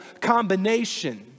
combination